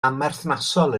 amherthnasol